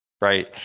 right